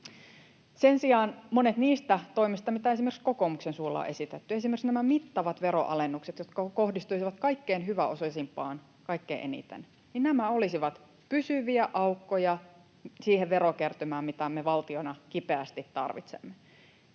Sen sijaan monet niistä toimista, mitä esimerkiksi kokoomuksen suulla on esitetty, esimerkiksi nämä mittavat veronalennukset, jotka kohdistuisivat kaikkein hyväosaisimpiin kaikkein eniten, olisivat pysyviä aukkoja siihen verokertymään, mitä me valtiona kipeästi tarvitsemme.